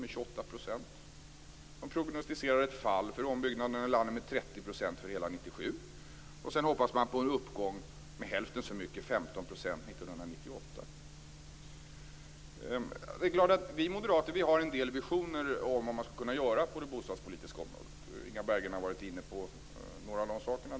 De prognosticerar för hela 1997 ett fall för ombyggnaden här i landet med 30 %. Sedan hoppas man på en uppgång med hälften så mycket, 15 %, under 1998. Vi moderater har en del visioner om vad man skulle kunna göra på det bostadspolitiska området. Inga Berggren har varit inne på några av de sakerna.